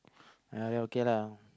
uh then okay lah